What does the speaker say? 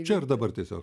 čia ir dabar tiesiog